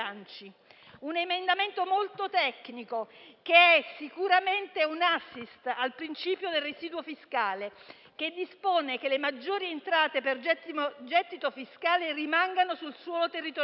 Un emendamento molto tecnico che è sicuramente un *assist* al principio del residuo fiscale che dispone che le maggiori entrate per gettito fiscale rimangano sul suolo territoriale.